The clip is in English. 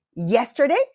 yesterday